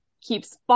keeps